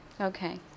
Okay